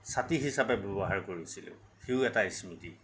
ছাতি হিচাপে ব্যৱহাৰ কৰিছিলোঁ সিয়ো এটা স্মৃতি